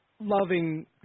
loving